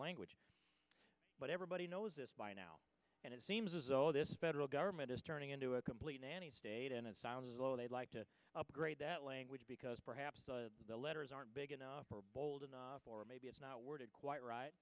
language but everybody knows this by now and it seems as though this federal government is turning into a complete nanny state and it sounds as though they'd like to upgrade that language because perhaps the letters aren't big enough or bold enough or maybe it's not worded quite right